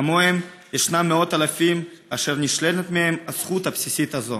כמוהם ישנם מאות אלפים אשר נשללת מהם הזכות הבסיסית הזאת.